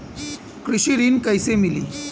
कृषि ऋण कैसे मिली?